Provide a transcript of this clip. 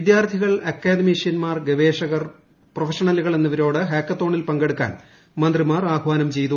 വിദ്യാർത്ഥികൾ അക്കാദമിഷ്യന്മാർ ഗവേഷകർ പ്രൊഫഷണലുകൾ എന്നിവരോട് ഹാക്കത്തോണിൽ പങ്കെടുക്കാൻ മന്ത്രിമാർ ആഹ്വാനം ചെയ്തു